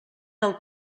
del